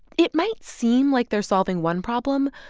it might seem like they're solving one problem,